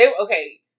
Okay